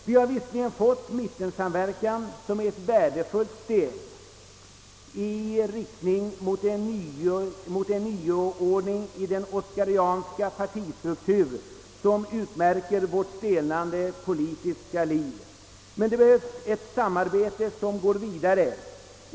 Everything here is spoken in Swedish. Vi har visserligen fått mittensamverkan som ett värdefullt steg i riktning mot en nyordning i den oscarianska partistruktur som utmärker vårt stelnade politiska liv. Men det behövs ett samarbete som går vidare.